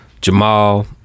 Jamal